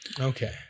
Okay